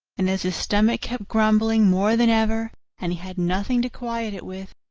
and as his stomach kept grumbling more than ever and he had nothing to quiet it with,